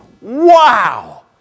Wow